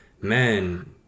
men